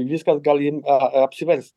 viskas gali a a apsiverst